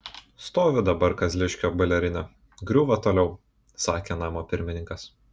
stovi dabar kazliškio boilerinė griūva toliau sakė namo pirmininkas